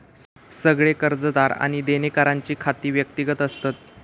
सगळे कर्जदार आणि देणेकऱ्यांची खाती व्यक्तिगत असतत